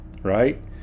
right